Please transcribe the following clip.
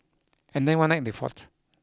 and then one night they fought